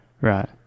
right